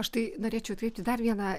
aš tai norėčiau atkreipti dar vieną